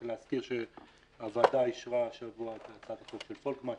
רק להזכיר שהוועדה אישרה השבוע את הצעת החוק של פולקמן,